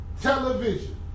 Television